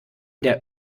der